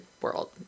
world